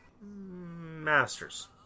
Masters